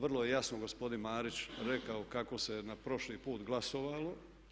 Vrlo je jasno gospodin Marić rekao kako se na prošli put glasovalo.